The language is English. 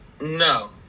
No